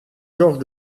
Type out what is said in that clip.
georges